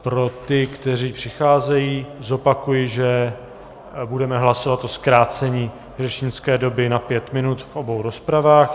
Pro ty, kteří přicházejí, zopakuji, že budeme hlasovat o zkrácení řečnické doby na pět minut v obou rozpravách.